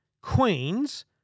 Queen's